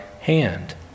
hand